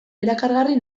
erakargarri